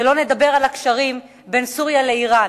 שלא לדבר על הקשרים בין סוריה לאירן,